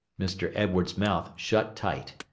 mr. edwards's mouth shut tight.